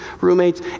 roommates